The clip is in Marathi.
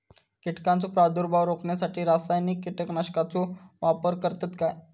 कीटकांचो प्रादुर्भाव रोखण्यासाठी रासायनिक कीटकनाशकाचो वापर करतत काय?